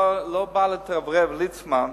אני לא בא להתרברב כליצמן,